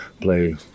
play